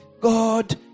God